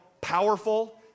powerful